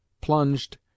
plunged